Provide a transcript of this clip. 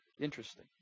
interesting